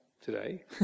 today